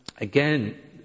again